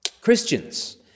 Christians